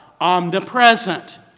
Omnipresent